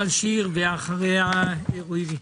טייס אוטומטי.